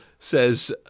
Says